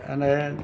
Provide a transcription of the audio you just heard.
અને